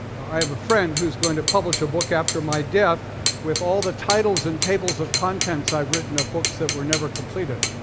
i have a friend who is going to publish a book after my death with all the titles and tables of contents i've written of books that were never completed,